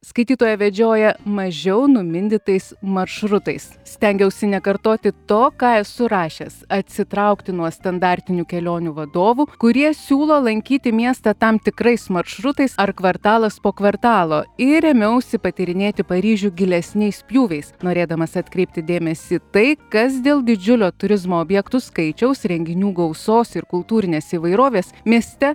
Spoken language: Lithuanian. skaitytoją vedžioja mažiau numindytais maršrutais stengiausi nekartoti to ką esu rašęs atsitraukti nuo standartinių kelionių vadovų kurie siūlo lankyti miestą tam tikrais maršrutais ar kvartalas po kvartalo ir ėmiausi patyrinėti paryžių gilesniais pjūviais norėdamas atkreipti dėmesį tai kas dėl didžiulio turizmo objektų skaičiaus renginių gausos ir kultūrinės įvairovės mieste